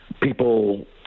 people